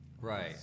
Right